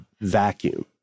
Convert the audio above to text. vacuum